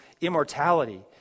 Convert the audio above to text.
immortality